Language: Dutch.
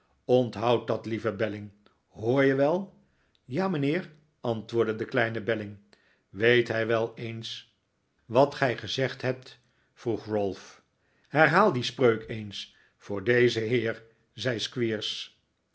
onthoud dat lieve belling hoor je wel ja mijnheer antwoordde de kleine belling weet hij wel eens wat gij gezegd hebt vroeg ralph herhaal die spreuk eens voor dezen heer zei